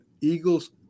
Eagles